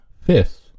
fifth